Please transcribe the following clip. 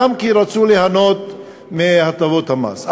גם כי רצו ליהנות מהטבות המס.